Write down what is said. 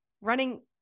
running